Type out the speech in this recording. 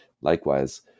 likewise